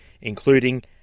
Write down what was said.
including